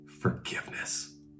forgiveness